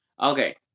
Okay